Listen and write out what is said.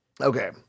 Okay